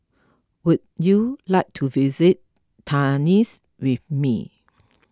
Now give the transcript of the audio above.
would you like to visit Tunis with me